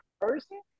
person